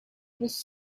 was